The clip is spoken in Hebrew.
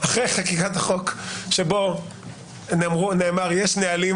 אחרי חקיקת החוק שבו נאמר: יש נהלים,